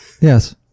Yes